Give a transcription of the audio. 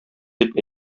дип